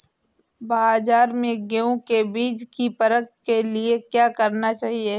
बाज़ार में गेहूँ के बीज की परख के लिए क्या करना चाहिए?